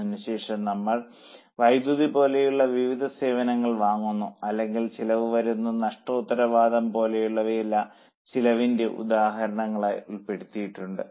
അതിനുശേഷം ഞങ്ങൾ വൈദ്യുതി പോലെയുള്ള വിവിധ സേവനങ്ങൾ വാങ്ങുന്നു അല്ലെങ്കിൽ ചെലവ് വരുന്ന നഷ്ട്ടോത്തരവാദം പോലെയുള്ളവയെല്ലാം ചെലവിന്റെ ഉദാഹരണങ്ങളായി ഉൾപ്പെടുത്തിയിട്ടുണ്ട്